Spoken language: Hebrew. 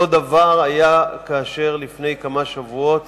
אותו דבר היה כאשר לפני כמה שבועות